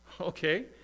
okay